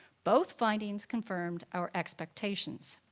both findings confirmed our expectations.